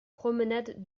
promenade